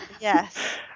Yes